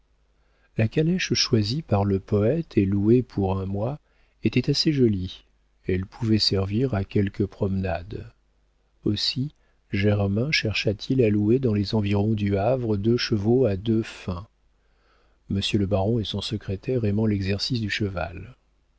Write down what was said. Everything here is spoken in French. la calèche choisie par le poëte et louée pour un mois était assez jolie elle pouvait servir à quelques promenades aussi germain chercha-t-il à louer dans les environs du havre deux chevaux à deux fins monsieur le baron et son secrétaire aimant l'exercice du cheval